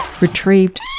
Retrieved